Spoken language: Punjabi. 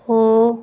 ਹੋ